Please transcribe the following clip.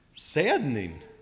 saddening